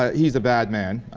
he's a batman